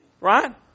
Right